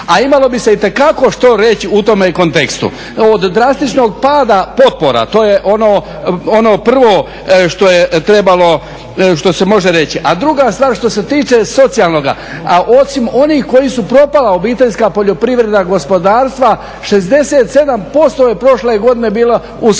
a imalo bi se itekako što reći u tome kontekstu. Od drastičnog pada potpora, to je ono prvo što je trebalo, što se može reći, a druga stvar što se tiče socijalnoga, a osim onih koji su propala obiteljska poljoprivredna gospodarstva, 67% je prošle godine bila u socijalnoj